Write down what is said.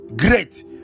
great